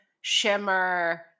shimmer